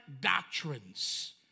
doctrines